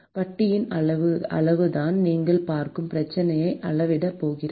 வட்டியின் அளவுதான் நீங்கள் பார்க்கும் பிரச்சனையை அளவிடப் போகிறது